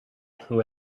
who